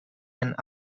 and